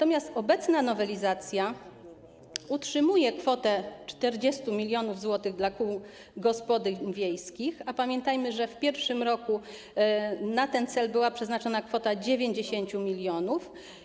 Obecna nowelizacja utrzymuje kwotę 40 mln zł dla kół gospodyń wiejskich, a pamiętajmy, że w pierwszym roku na ten cel była przeznaczona kwota 90 mln.